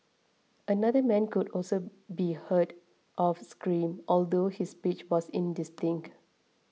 another man could also be heard off screen although his speech was indistinct